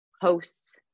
hosts